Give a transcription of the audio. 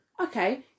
okay